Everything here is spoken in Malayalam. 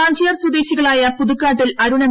കാഞ്ചിയാർ സ്വദേശികളായ പുതുക്കാട്ടിൽ അരുൺ എം